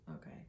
Okay